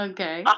Okay